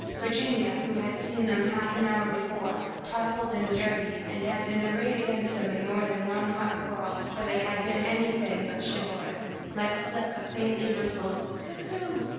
virginia, who had seen them half an hour before, tousled and dirty, and had been arrayed against them in more than one hot quarrel where they had been anything but chivalrous, let slip a faintly whistled cuckoo!